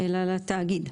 אלא לתאגיד.